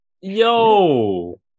Yo